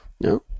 no